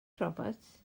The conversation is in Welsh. roberts